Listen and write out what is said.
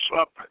up